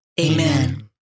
Amen